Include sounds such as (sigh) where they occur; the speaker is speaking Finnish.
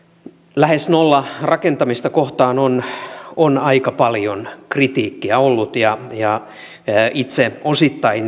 lähes nollarakentamista kohtaan on on aika paljon kritiikkiä ollut ja ja itse osittain (unintelligible)